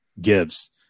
gives